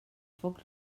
foc